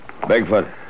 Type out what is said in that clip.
Bigfoot